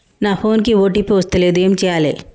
నా ఫోన్ కి ఓ.టీ.పి వస్తలేదు ఏం చేయాలే?